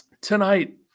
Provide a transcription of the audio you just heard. tonight